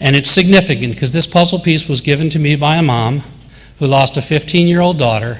and it's significant, because this puzzle piece was given to me by a mom who lost a fifteen year old daughter